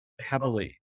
heavily